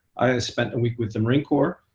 i spent a week with the marine corps.